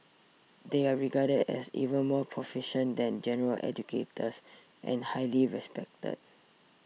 they are regarded as even more proficient than general educators and highly respected